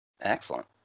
Excellent